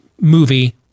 movie